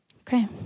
Okay